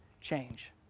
change